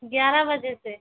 ग्यारह बजे से